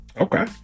Okay